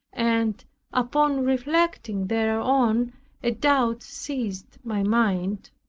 and upon reflecting thereon a doubt seized my mind.